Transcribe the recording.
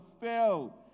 fell